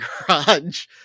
garage